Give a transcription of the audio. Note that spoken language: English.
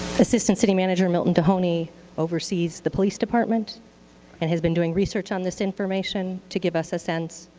assistant city manager milton dohoney oversees the police department and has been doing research on this information to give us a sense,